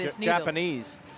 Japanese